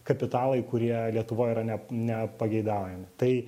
kapitalai kurie lietuvoj yra ne nepageidaujami tai